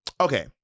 Okay